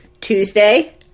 Tuesday